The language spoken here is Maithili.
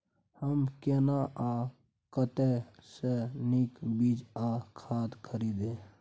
हम केना आ कतय स नीक बीज आ खाद खरीदे?